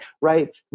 right